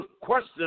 question